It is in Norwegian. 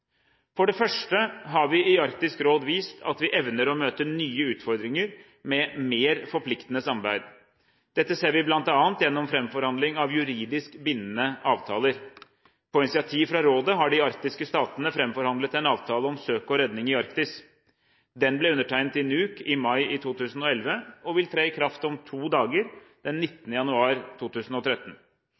For det første har vi i Arktisk råd vist at vi evner å møte nye utfordringer med mer forpliktende samarbeid. Dette ser vi bl.a. gjennom framforhandling av juridisk bindende avtaler. På initiativ fra rådet har de arktiske statene framforhandlet en avtale om søk og redning i Arktis. Den ble undertegnet i Nuuk i mai i 2011 og vil tre i kraft om to dager, den 19. januar 2013.